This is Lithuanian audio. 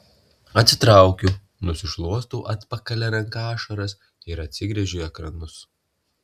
atsitraukiu nusišluostau atpakalia ranka ašaras ir atsigręžiu į ekranus